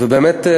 ובאמת,